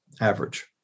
average